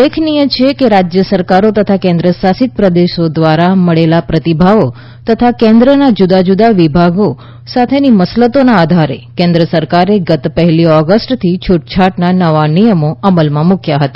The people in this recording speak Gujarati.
ઉલ્લેખનીય છે કે રાજ્ય સરકારો તથા કેન્દ્ર શાસિત પ્રદેશો દ્વારા મળેલા પ્રતિભાવો તથા કેન્દ્રના જુદાં જુદાં વિભાગો સાથેની મસલતોના આધારે કેન્દ્ર સરકારે ગત પહેલી ઓગસ્ટથી છૂટછાટના નવા નિયમો અમલમાં મૂકયા હતા